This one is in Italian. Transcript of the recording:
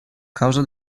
causa